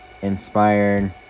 inspired